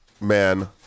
man